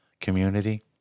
community